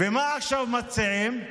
ומה עכשיו מציעים?